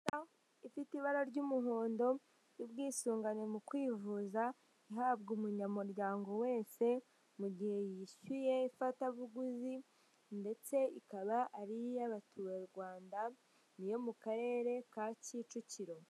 Ikarita ifite ibara ry'umuhondo y'ubwisungane mu kwivuza, ihabwa umunyamuryango wese mugihe yishyuye ifatabuguzi ndetse ikaba ari iy'abaturarwanda ni iyo mu karere ka Kicukiro.